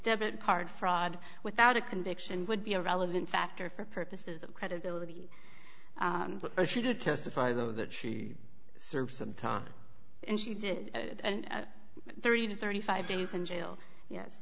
debit card fraud without a conviction would be a relevant factor for purposes of credibility as she did testify though that she served some time and she did thirty to thirty five days in jail